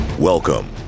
Welcome